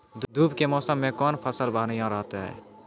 धूप के मौसम मे कौन फसल बढ़िया रहतै हैं?